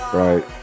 right